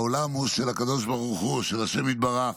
העולם הוא של הקדוש ברוך הוא, של השם יתברך,